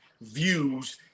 views